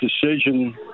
decision